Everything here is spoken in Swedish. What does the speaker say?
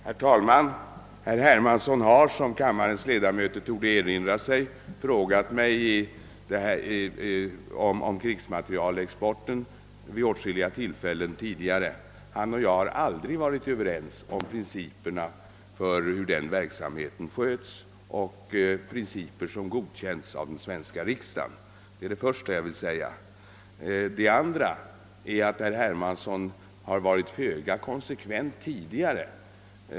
Herr talman! Herr Hermansson har, som kammarens ledamöter torde erinra sig, frågat mig om krigsmaterielexporten vid åtskilliga tillfällen tidigare. Han och jag har aldrig varit överens om principerna för hur den verksamheten sköts — Principer som godkänts av den svenska riksdagen. Herr Hermansson har tidigare varit föga konsekvent.